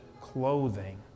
clothing